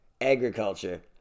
agriculture